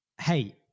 hey